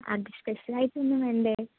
അത് സ്പെഷ്യലായിട്ടൊന്നും വേണ്ടേ